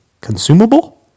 Consumable